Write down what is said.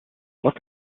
look